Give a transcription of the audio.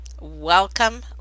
Welcome